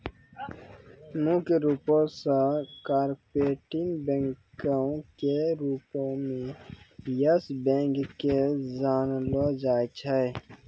मुख्य रूपो से कार्पोरेट बैंको के रूपो मे यस बैंक के जानलो जाय छै